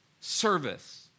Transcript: service